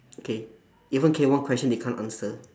okay even K one question they can't answer